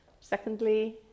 Secondly